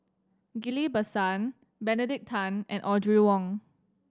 Ghillie Basan Benedict Tan and Audrey Wong